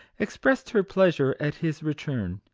expressed her pleasure at his return.